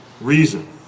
reason